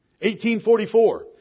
1844